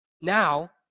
now